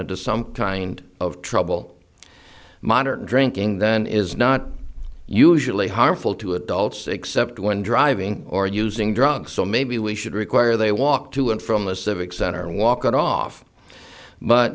into some kind of trouble moderate drinking then is not usually harmful to adults except when driving or using drugs so maybe we should require they walk to and from the civic center and walk it off but